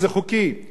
אנחנו עיתונאים,